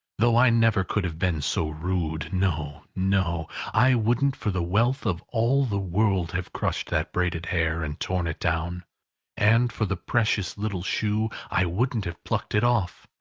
though i never could have been so rude, no, no! i wouldn't for the wealth of all the world have crushed that braided hair, and torn it down and for the precious little shoe, i wouldn't have plucked it off,